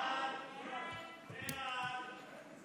חוק צער בעלי חיים (הגנה על בעלי חיים) (תיקון מס'